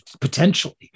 potentially